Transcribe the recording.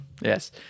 Yes